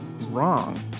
wrong